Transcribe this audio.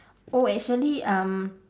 oh actually um